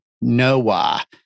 Noah